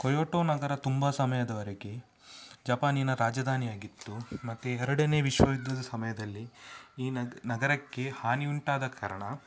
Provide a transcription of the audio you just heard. Kyoto ನಗರ ತುಂಬ ಸಮಯದವರೆಗೆ ಜಪಾನಿನ ರಾಜಧಾನಿಯಾಗಿತ್ತು ಮತ್ತು ಎರಡನೇ ವಿಶ್ವಯುದ್ಧದ ಸಮಯದಲ್ಲಿ ಈ ನಗ್ ನಗರಕ್ಕೆ ಹಾನಿ ಉಂಟಾದ ಕಾರಣ